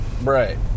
Right